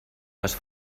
les